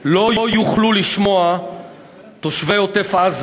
אלא באיזושהי מידה "נתקענו במעלית